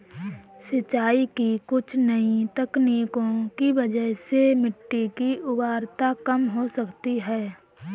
सिंचाई की कुछ नई तकनीकों की वजह से मिट्टी की उर्वरता कम हो सकती है